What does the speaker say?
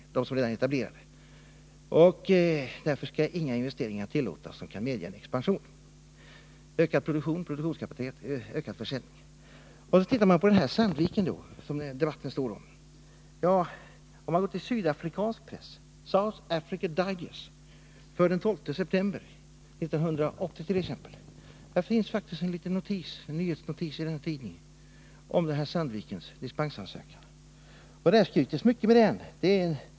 Därför skall inga investeringar tillåtas som kan medge en expansion, dvs. ökad produktionskapacitet och ökad försäljning. Ser vi då på vad man säger i sydafrikansk press om Sandvik AB, som debatten gäller, finner vi t.ex. i South African Digest för den 12 september 1980 en liten T nyhetsnotis om Sandviks dispensansökan. Där skryts det mycket över den här anläggningen.